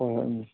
ꯍꯣꯏ ꯍꯣꯏ ꯎꯝ